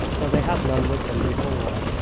for they had none with them before.